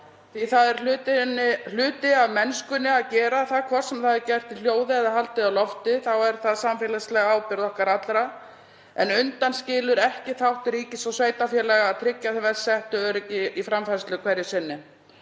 því það er hluti af mennskunni að gera það. Hvort sem það er gert í hljóði eða haldið á lofti er það samfélagsleg ábyrgð okkar allra en það undanskilur ekki þátt ríkis og sveitarfélaga að tryggja þeim verst settu öryggi í framfærslu hverju sinni.